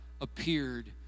appeared